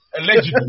Allegedly